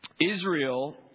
Israel